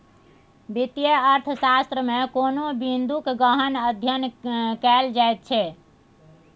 वित्तीय अर्थशास्त्रमे कोनो बिंदूक गहन अध्ययन कएल जाइत छै